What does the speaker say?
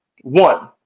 One